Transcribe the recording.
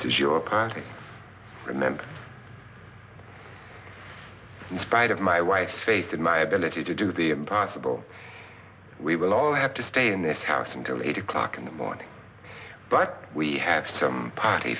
is your package remember in spite of my wife's face and my ability to do the impossible we will all have to stay in this house until eight o'clock in the morning but we have some party